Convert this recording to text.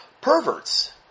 perverts